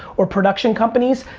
or production companies,